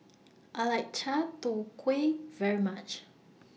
I like Chai Tow Kway very much